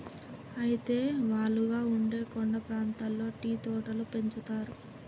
అయితే వాలుగా ఉండే కొండ ప్రాంతాల్లో టీ తోటలు పెంచుతారు